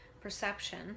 perception